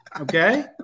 Okay